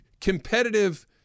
competitive